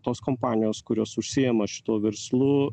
tos kompanijos kurios užsiima šituo verslu